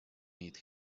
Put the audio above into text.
need